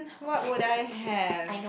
what would I have